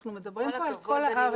אנחנו מדברים פה על כל הארץ.